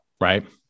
right